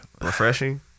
Refreshing